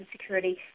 security